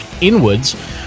inwards